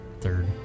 Third